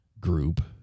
group